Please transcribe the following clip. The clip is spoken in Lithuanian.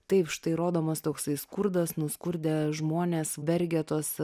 taip štai rodomas toksai skurdas nuskurdę žmonės vargetos